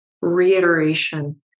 reiteration